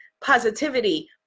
positivity